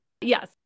Yes